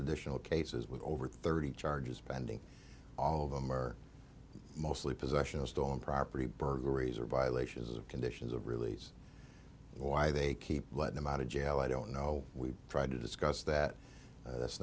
additional cases with over thirty charges pending all of them are mostly possession of stolen property burglaries or violations of conditions of release why they keep them out of jail i don't know we try to discuss that that's